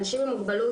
אנשים עם מוגבלות,